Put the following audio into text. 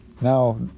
now